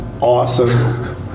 awesome